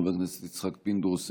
חבר הכנסת יצחק פינדרוס,